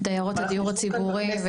דיירות הדיור הציבורי.